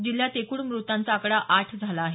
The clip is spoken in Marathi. जिल्ह्यात एकूण मृतांचा आकडा आठ झाला आहे